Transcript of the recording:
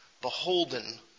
beholden